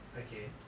okay